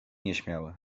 nieśmiały